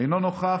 אינו נוכח,